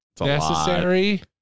necessary